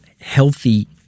healthy